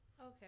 Okay